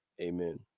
amen